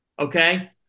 Okay